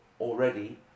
already